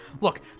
Look